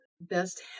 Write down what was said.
best